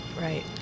right